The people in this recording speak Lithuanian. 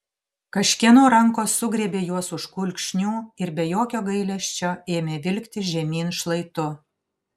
kažkieno rankos sugriebė juos už kulkšnių ir be jokio gailesčio ėmė vilkti žemyn šlaitu